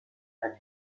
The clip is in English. and